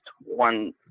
one